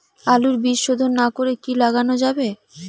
আলুর বীজ শোধন না করে কি লাগানো যাবে?